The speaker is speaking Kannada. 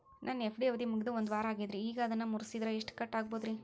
ನನ್ನ ಎಫ್.ಡಿ ಅವಧಿ ಮುಗಿದು ಒಂದವಾರ ಆಗೇದ್ರಿ ಈಗ ಅದನ್ನ ಮುರಿಸಿದ್ರ ಎಷ್ಟ ಕಟ್ ಆಗ್ಬೋದ್ರಿ?